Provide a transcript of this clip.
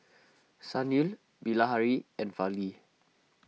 Sunil Bilahari and Fali